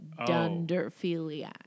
dunderphiliac